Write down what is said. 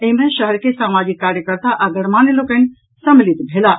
एहि मे शहर के सामाजिक कार्यकर्ता आ गणमान्य लोकनि सम्मिलित भेलाह